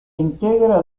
integra